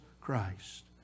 Christ